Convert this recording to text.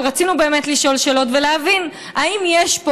אבל רצינו באמת לשאול שאלות ולהבין אם יש פה